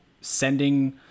sending